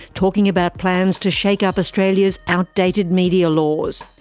talking about plans to shake up australia's outdated media laws.